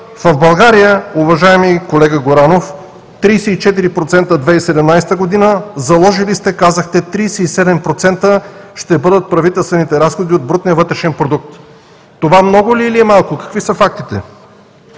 В България, уважаеми колега Горанов, 34% – 2017 г. Заложили сте, казахте, 37% ще бъдат правителствените разходи от брутния вътрешен продукт. Това много ли е, или е малко? Какви са фактите?